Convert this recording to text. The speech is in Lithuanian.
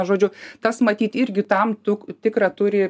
žodžiu tas matyt irgi tam tu tikrą turi